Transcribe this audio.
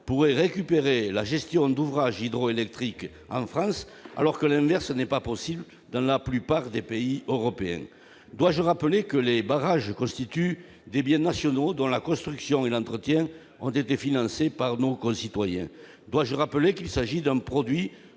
pourraient récupérer la gestion d'ouvrages hydro-électriques en France alors que l'inverse n'est pas possible dans la plupart des pays européens. Dois-je rappeler que les barrages constituent des biens nationaux, dont la construction et l'entretien ont été financés par nos concitoyens ? Dois-je rappeler qu'il s'agit d'un produit